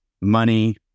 money